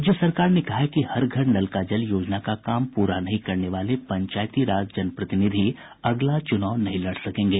राज्य सरकार ने कहा है कि हर घर नल का जल योजना का काम पूरा नहीं करने वाले पंचायती राज जनप्रतिनिधि अगला चुनाव नहीं लड़ सकेंगे